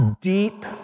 deep